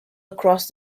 across